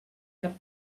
cap